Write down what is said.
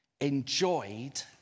enjoyed